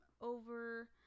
over